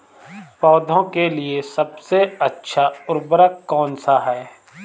पौधों के लिए सबसे अच्छा उर्वरक कौनसा हैं?